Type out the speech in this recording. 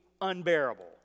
unbearable